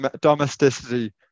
domesticity